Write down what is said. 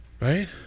right